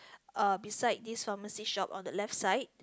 uh beside this pharmacy shop on the left side